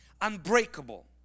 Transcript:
unbreakable